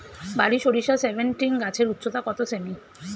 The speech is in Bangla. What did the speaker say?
বারি সরিষা সেভেনটিন গাছের উচ্চতা কত সেমি?